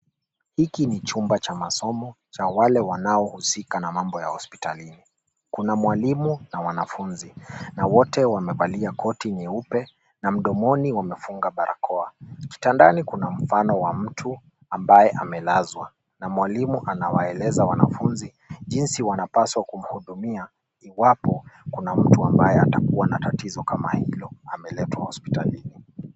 Hiki ni chumba cha masomo cha wale wanaohusika na mambo ya hospitalini. Kuna mwalimu na wanafunzi na wote wamevalia koti nyeupe na mdomoni wamefunga barakoa. Kitandani kuna mfano wa mtu ambaye amelazwa na mwalimu anaeleza wanafunzi jinsi wanapaswa kumhudumia iwapo kuna mtu ambaye atakua tatizo kama hilo ameletwa hospitalini.